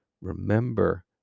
remember